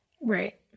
Right